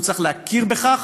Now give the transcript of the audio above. הוא צריך להכיר בכך,